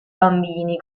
bambini